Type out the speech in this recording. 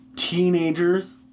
Teenagers